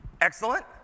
Excellent